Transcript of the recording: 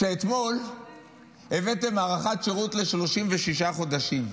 אתמול הבאתם הארכת שירות ל-36 חודשים.